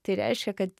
tai reiškia kad